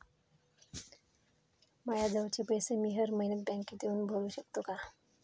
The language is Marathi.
मायाजवळचे पैसे मी हर मइन्यात बँकेत येऊन भरू सकतो का?